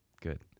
good